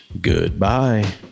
goodbye